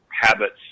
habits